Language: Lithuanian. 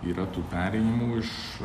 yra tų perėjimų iš